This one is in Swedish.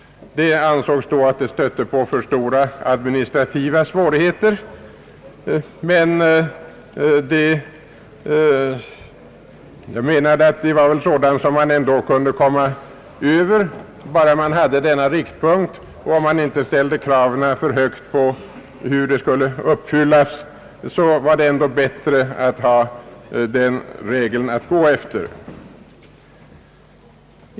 Det ansågs då att detta stötte på för stora administrativa svårigheter, men jag menade att det var något som gick att komma över. Det väsentliga var att ha denna riktpunkt även om man inte ställde kraven för högt på att det i alla enskilda fall noggrant skulle uppfyllas.